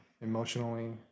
Emotionally